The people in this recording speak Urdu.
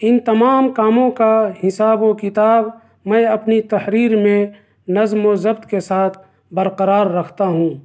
ان تمام کاموں کا حساب و کتاب میں اپنی تحریر میں نظم و ضبط کے ساتھ برقرار رکھتا ہوں